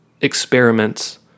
experiments